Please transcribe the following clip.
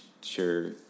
sure